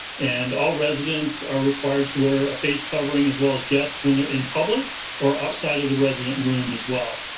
and all residents are required to wear a face covering as well as guests when they're in public or outside of the resident room as well.